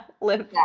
live